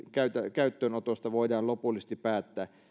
käyttöönotosta voidaan lopullisesti päättää